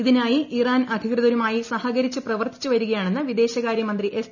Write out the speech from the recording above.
ഇതിനായി ഇറാൻ അധികൃതരുമായി സഹകരിച്ച് പ്രവർത്തിച്ചുവരികയാണെന്ന് വിദേശകാര്യമന്ത്രി എസ്